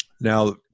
now